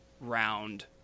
round